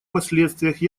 последствиях